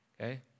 okay